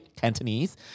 Cantonese